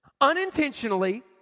unintentionally